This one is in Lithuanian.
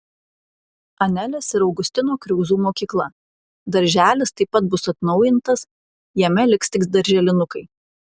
anelės ir augustino kriauzų mokykla darželis taip pat bus atnaujintas jame liks tik darželinukai